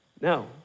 No